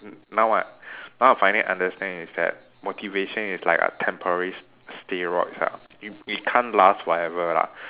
n~ now I now I finally understand is that motivation is like a temporary steroid ah it it can't last forever lah